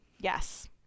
yes